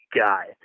guy